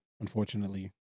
unfortunately